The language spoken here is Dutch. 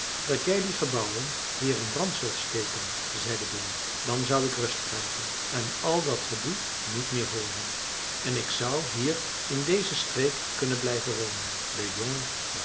dat jij die gebouwen hier in brand zult steken zei de beer dan zou ik rust krijgen en al dat gedoe niet meer hooren en ik zou hier in deze streek kunnen blijven wonen de jongen